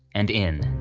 and inn.